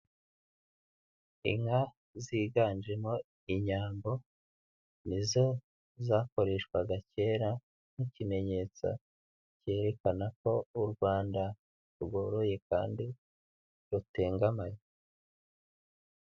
Inka ziganjemo Inyambo ni zo zakoreshwaga kera nk'ikimenyetso kerekana ko u Rwanda rworoye kandi rutengamaye.